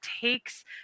takes